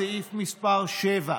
סעיף מס' 7: